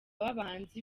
w’abahanzi